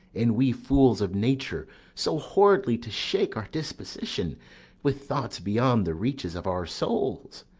and we fools of nature so horridly to shake our disposition with thoughts beyond the reaches of our souls?